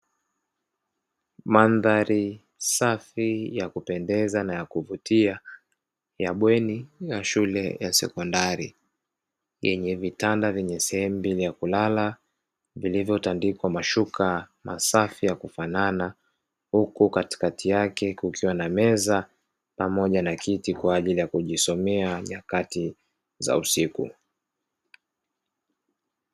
Madhari safi yakupendaza na ya kuvutia ya bweni la shule ya sekondari yenye vitanda vyenye sehemu mbili ya kulala, vilivyo tandikwa mashuka masafi ya kufanana, huku katikati yake kukiwa na meza pamoja na kiti kwa ajili ya kujisomea nyakati za usiku.